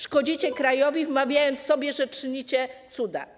Szkodzicie krajowi, wmawiając sobie, że czynicie cuda.